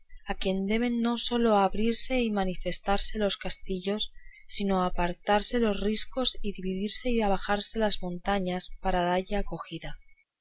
a quien deben no sólo abrirse y manifestarse los castillos sino apartarse los riscos y devidirse y abajarse las montañas para dalle acogida